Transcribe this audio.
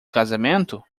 casamento